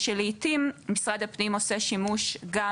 ושלעיתים משרד הפנים עושה שימוש גם